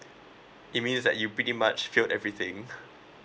it means that you pretty much failed everything